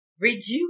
reduce